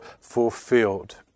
fulfilled